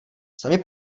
sami